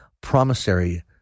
promissory